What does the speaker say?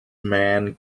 man